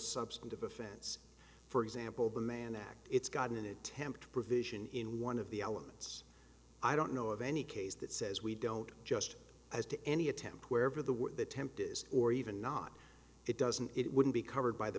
substantive offense for example the mann act it's got an attempt provision in one of the elements i don't know of any case that says we don't just as to any attempt wherever the what the temp is or even not it doesn't it wouldn't be covered by the